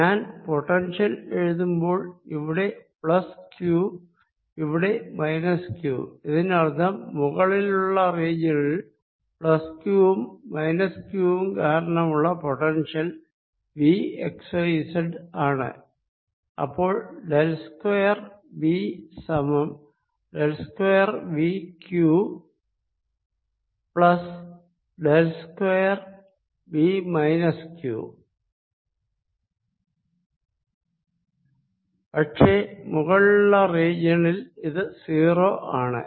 ഞാൻ പൊട്ടൻഷ്യൽ എഴുതുമ്പോൾ ഇവിടെ പ്ലസ് q ഇവിടെ q ഇതിനർത്ഥം മുകളിലുള്ള റീജിയനിൽ പ്ലസ് ക്യൂവും മൈനസ് ക്യൂവും കാരണമുള്ള പൊട്ടൻഷ്യൽ Vxyz ആണ് അപ്പോൾ ഡെൽ സ്ക്വയർ V സമം del square V q plus del square V minus q പക്ഷെ മുകളിലെ റീജിയനിൽ ഇത് 0 ആണ്